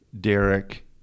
Derek